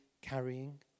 carrying